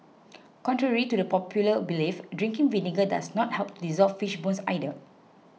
contrary to the popular belief drinking vinegar does not help to dissolve fish bones either